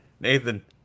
Nathan